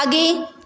आगे